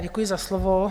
Děkuji za slovo.